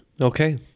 okay